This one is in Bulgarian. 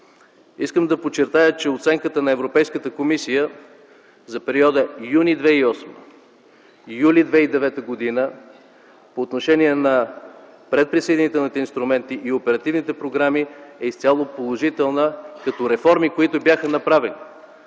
Искам да подчертая, че оценката на Европейската комисия за периода юни 2008 – юли 2009 г. по отношение на предприсъединителните инструменти и оперативните програми е изцяло положителна като реформи, които бяха направени,